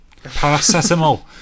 paracetamol